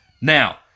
Now